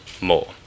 more